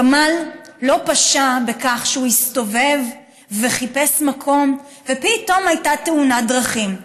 הגמל לא פשע בכך שהוא הסתובב וחיפש מקום ופתאום הייתה תאונת דרכים.